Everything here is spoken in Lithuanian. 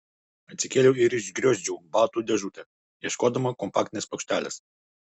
atsikėliau ir išgriozdžiau batų dėžutę ieškodama kompaktinės plokštelės